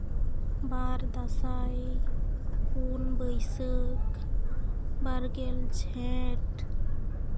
ᱵᱟᱨ ᱫᱟᱸᱥᱟᱭ ᱯᱩᱱ ᱵᱟᱹᱭᱥᱟᱹᱠ ᱵᱟᱨᱜᱮᱞ ᱡᱷᱮᱸᱴ